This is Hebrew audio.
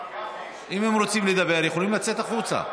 אם הם רוצים לדבר הם יכולים לצאת החוצה.